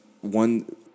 one